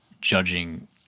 judging